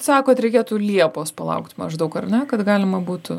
sakot reikėtų liepos palaukti maždaug ar ne kad galima būtų